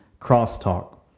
Crosstalk